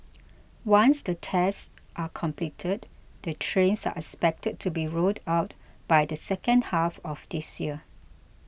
once the tests are completed the trains are expected to be rolled out by the second half of this year